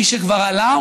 מי שכבר עלה,